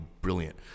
brilliant